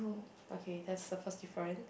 okay that's the first difference